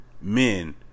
men